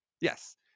yes